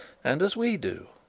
and as we do.